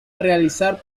realizar